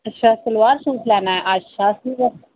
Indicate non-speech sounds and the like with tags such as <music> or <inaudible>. अच्छा सलवार सूट लैना अच्छा <unintelligible>